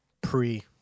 pre